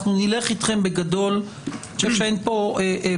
אנחנו נלך אתכם בגדול, אני חושב שאין פה בעיה.